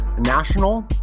national